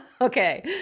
Okay